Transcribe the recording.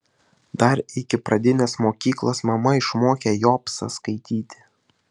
dar iki pradinės mokyklos mama išmokė jobsą skaityti